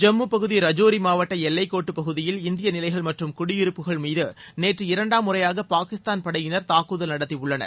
ஜம்மு பகுதி ரஜோரி மாவட்ட எல்லைக்கோட்டுப்பகுதியில் இந்திய நிலைகள் மற்றும் குடியிருப்புகள் மீது நேற்று இரண்டாம் முறையாக பாகிஸ்தான் படையினர் தாக்குதல் நடத்தியுள்ளனர்